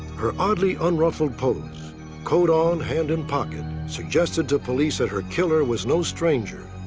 her oddly unruffled pose coat on, hand and pocket suggested to police that her killer was no stranger.